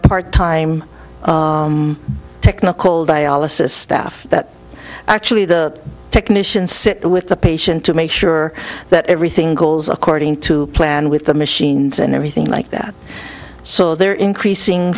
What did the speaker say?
part time technical dialysis staff that actually the technicians sit with the patient to make sure that everything goes according to plan with the machines and everything like that so they're increasing